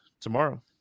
tomorrow